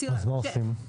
אז מה עושים?